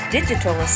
Digital